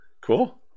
Cool